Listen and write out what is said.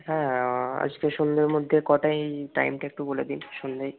হ্যাঁ আজকে সন্ধ্যের মধ্যে কটায় টাইমটা একটু বলে দিন সন্ধ্যের